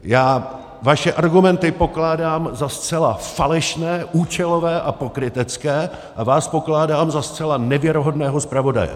Já vaše argumenty pokládám za zcela falešné, účelové a pokrytecké a vás pokládám za zcela nevěrohodného zpravodaje!